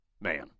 Man